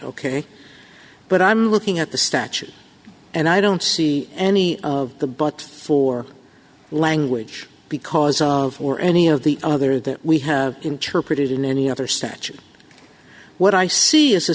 ok but i'm looking at the statute and i don't see any of the but for language because for any of the other that we have interpreted in any other statute what i see is a